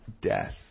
death